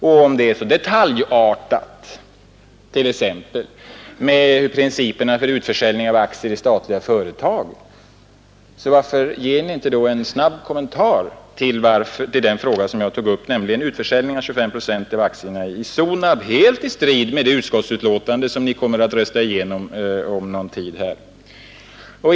Och om det är så detaljartat med t.ex. principerna för utförsäljning av aktier i statliga företag, varför ger Ni då inte en snabb kommentar till den fråga som jag tog upp, nämligen utförsäljningen av 25 procent av aktierna i Sonab, helt i strid med det utlåtande som Ni kommer att rösta igenom om någon tid.